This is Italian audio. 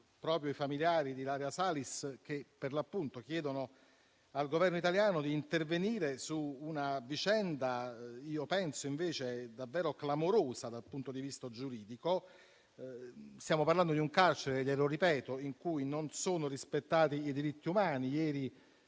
proprio i familiari di Ilaria Salis, che per l'appunto chiedono al Governo italiano di intervenire su una vicenda che è davvero clamorosa dal punto di vista giuridico. Stiamo parlando di un carcere - lo ripeto - in cui non sono rispettati i diritti umani. Ieri